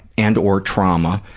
and or trauma,